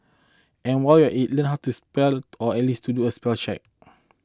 and while you're it learn how to spell or at least to do a spell check